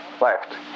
left